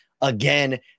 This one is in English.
again